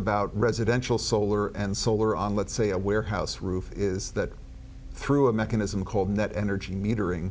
about residential solar and solar on let's say a warehouse roof is that through a mechanism called net energy metering